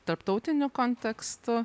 tarptautiniu kontekstu